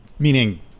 Meaning